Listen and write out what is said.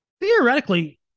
Theoretically